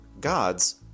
gods